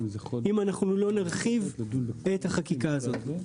אם אנחנו לא נרחיב את החקיקה הזו.